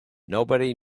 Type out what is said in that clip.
nobody